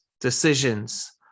decisions